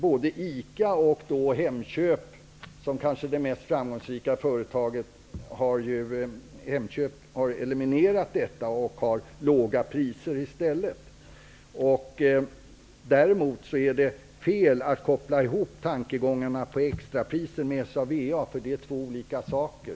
Både ICA och Hemköp, det kanske mest framgångsrika företaget, har eliminerat dessa och har låga priser i stället. Däremot är det fel att koppla ihop extrapriserna med SA/VA-aktiviteterna. Det är två olika saker.